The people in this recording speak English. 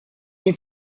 need